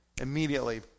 Immediately